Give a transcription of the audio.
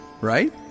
Right